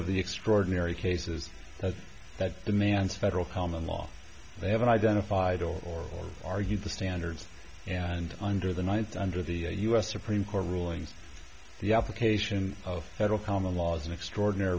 of the extraordinary cases that demands federal common law they haven't identified or argued the standards and under the ninth under the u s supreme court rulings the application of federal common law is an extraordinary